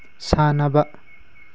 ꯁꯥꯟꯅꯕ